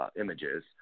images